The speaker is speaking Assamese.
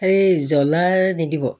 এই জ্বলা নিদিব